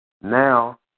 Now